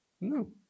No